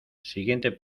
siguiente